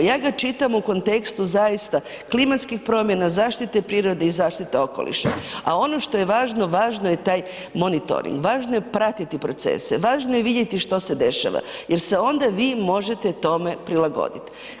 Ja ga čitam u kontekstu zaista klimatskih promjena, zaštite prirode i zaštite okoliša a ono što je važno, važno je taj monitoring, važno je pratiti procese, važno je vidjeti što se dešava jer se onda vi možete tome prilagodit.